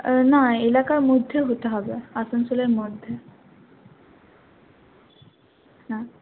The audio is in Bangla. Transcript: না এলাকার মধ্যে হতে হবে আসানসোলের মধ্যে হ্যাঁ